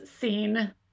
scene